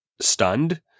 stunned